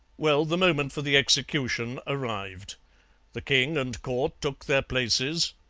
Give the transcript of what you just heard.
well, the moment for the execution arrived the king and court took their places,